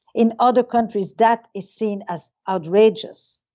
in other countries, that is seen as outrageous.